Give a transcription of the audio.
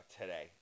today